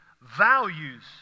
values